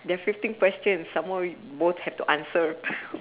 there are fifteen questions some more both have to answer